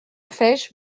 fesch